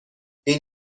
این